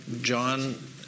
John